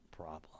problem